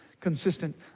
consistent